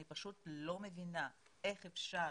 אני פשוט לא מבינה איך אפשר